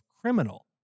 criminal